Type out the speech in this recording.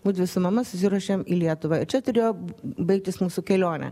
mudvi su mama susiruošėm į lietuvą ir čia turėjo baigtis mūsų kelionė